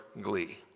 Glee